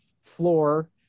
floor